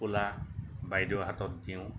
টোপোলা বাইদেউ হাতত দিওঁ